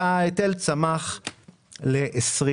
וההיטל צמח ל-20%.